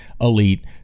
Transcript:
Elite